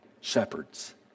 shepherds